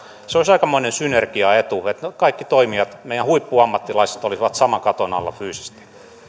se olisi aikamoinen synergiaetu että kaikki toimijat meidän huippuammattilaiset olisivat saman katon alla fyysisesti